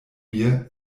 mir